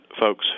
folks